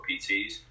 PTs